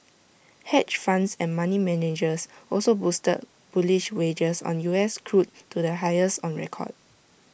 hedge funds and money managers also boosted bullish wagers on U S crude to the highest on record